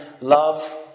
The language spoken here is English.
Love